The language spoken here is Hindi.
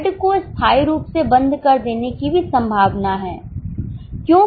Z को स्थाई रूप से बंद कर देने की संभावना भी है